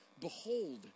Behold